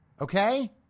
Okay